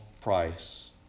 price